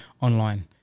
online